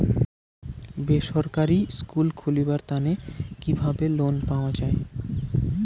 বেসরকারি স্কুল খুলিবার তানে কিভাবে লোন পাওয়া যায়?